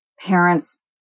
parents